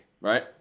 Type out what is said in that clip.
Right